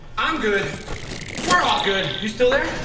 i'm good we're all good. you still there?